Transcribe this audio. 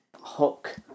hook